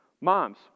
Moms